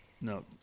no